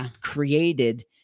created